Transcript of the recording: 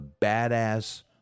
badass